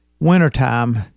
wintertime